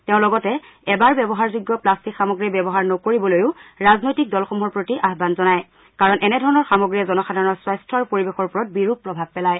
তেওঁ লগতে এবাৰ ব্যৱহাৰযোগ্য প্লাট্টিক সামগ্ৰী ব্যৱহাৰ নকৰিবলৈও ৰাজনৈতিক দলসমূহৰ প্ৰতি আহান জনায় কাৰণ এনেধৰণৰ সামগ্ৰীয়ে জনসাধাৰণৰ স্বাস্থ্য আৰু পৰিৱেশৰ ওপৰত বিৰূপ প্ৰভাৱ পেলায়